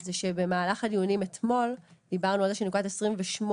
זה שבמהלך הדיונים אתמול דיברנו על זה ששנת 2028